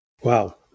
Wow